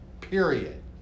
period